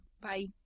Bye